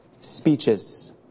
speeches